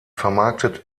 vermarktet